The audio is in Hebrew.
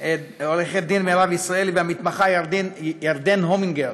עורכת דין מירב ישראלי ולמתמחה ירדן הומינר,